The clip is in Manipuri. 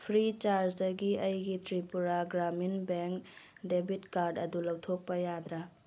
ꯐ꯭ꯔꯤꯆꯥꯔꯖꯗꯒꯤ ꯑꯩꯒꯤ Tripura Gramin bank debit card ꯑꯗꯨ ꯂꯧꯊꯣꯛꯄ ꯌꯥꯗ꯭ꯔꯥ